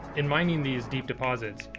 in mining these deep deposits,